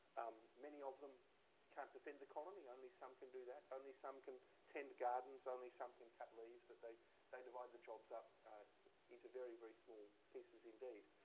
many of them cannot defend the colony. only some can do that. only some can tend gardens. only some can cut leaves. they they divide the jobs up into very, very small pieces indeed.